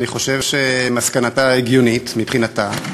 אני חושב שמסקנתה הגיונית, מבחינתה.